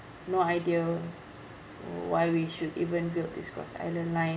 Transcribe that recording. no idea why we should even build this cross island line